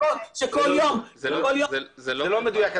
כשכל יום --- זה לא --- זה לא מדויק,